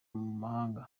mahanga